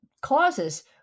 causes